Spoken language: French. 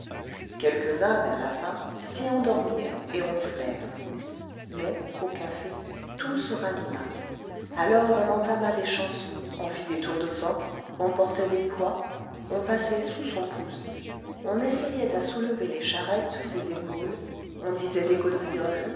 quelques-uns vers la fin s'y endormirent et ronflèrent mais au café tout se ranima alors on entama des chansons on fit des tours de force on portait des poids on passait sous son pouce on essayait à soulever les charrettes sur ses épaules on disait des